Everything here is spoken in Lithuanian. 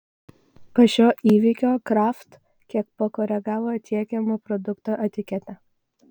po šio įvykio kraft kiek pakoregavo tiekiamo produkto etiketę